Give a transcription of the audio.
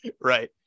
Right